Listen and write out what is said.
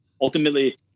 ultimately